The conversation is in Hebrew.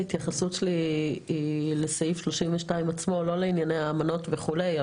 ההתייחסות שלי היא לסעיף 32 עצמו ולא לענייני האמנות וכולי.